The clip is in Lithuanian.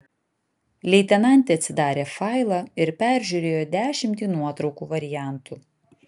leitenantė atsidarė failą ir peržiūrėjo dešimtį nuotraukų variantų